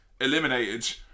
eliminated